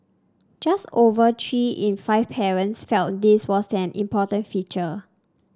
just over three in five parents felt this was an important feature